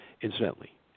Incidentally